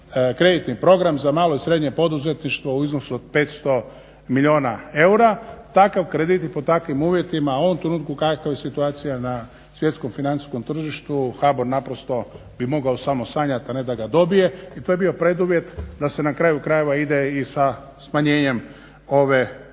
kreditni program za malo i srednje poduzetništvo u iznosu od 500 milijuna eura. Takav kredit i pod takvim uvjetima u ovom trenutku kakva je situacija na svjetskom financijskom tržištu HBOR naprosto bi mogao samo sanjati, a ne da ga dobije. I to je bio preduvjet da se na kraju krajeva ide i sa smanjenjem ove kamatne